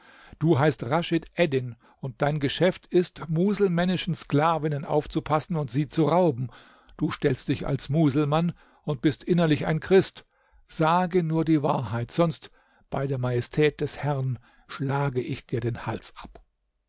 du heißt raschid eddin und dein geschäft ist muselmännischen sklavinnen aufzupassen und sie zu rauben du stellst dich als muselmann und bist innerlich ein christ sage nur die wahrheit sonst bei der majestät des herrn schlage ich dir den hals ab